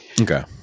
Okay